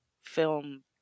Film